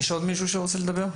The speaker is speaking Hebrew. יש עוד מישהו שרוצה לדבר?